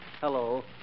Hello